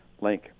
link